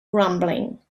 rumbling